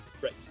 Right